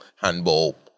handball